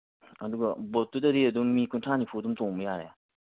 ꯑꯗꯨꯒ ꯕꯣꯠꯇꯨꯗꯗꯤ ꯑꯗꯨꯝ ꯃꯤ ꯀꯨꯟꯊ꯭ꯔꯥ ꯅꯤꯐꯨ ꯑꯗꯨꯝ ꯇꯣꯡꯕ ꯌꯥꯔꯦ